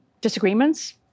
disagreements